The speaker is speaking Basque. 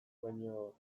baino